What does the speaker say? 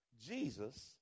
Jesus